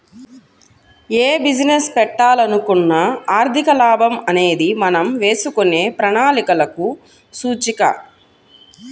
యే బిజినెస్ పెట్టాలనుకున్నా ఆర్థిక లాభం అనేది మనం వేసుకునే ప్రణాళికలకు సూచిక